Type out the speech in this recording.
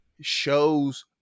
shows